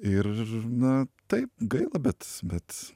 ir na taip gaila bet bet